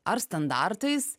ar standartais